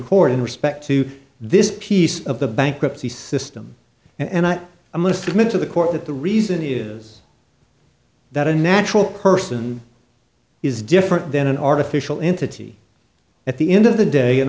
court in respect to this piece of the bankruptcy system and i i must admit to the court that the reason it is that unnatural kirsan is different than an artificial into tea at the end of the day an